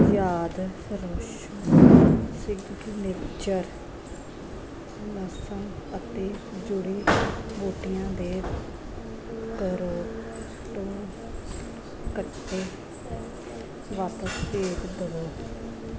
signature ਲਸਣ ਅਤੇ ਜੜੀ ਬੂਟੀਆਂ ਦੇ ਕਰੌਟੌਨ ਕੱਟੇ ਵਾਪਿਸ ਭੇਜ ਦਵੋ